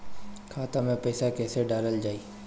खाते मे पैसा कैसे डालल जाई?